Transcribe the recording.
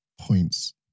points